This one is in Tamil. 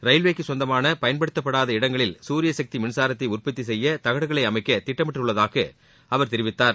ரயில்வேக்கு சொந்தமான பயன்படுத்தப்படாத இடங்களில் சூரியசக்தி மின்னரத்தை உற்பத்தி செய்ய தகடுகளை அமைக்க திட்டமிடபப்ட்டுள்ளதாக அவர் தெரிவித்தார்